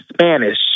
Spanish